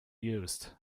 used